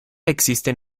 existen